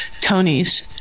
Tonys